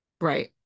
Right